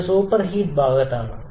ഇത് സൂപ്പർഹീറ്റ് ഭാഗത്താണ്